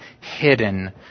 hidden